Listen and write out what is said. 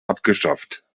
abgeschafft